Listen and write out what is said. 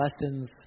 lessons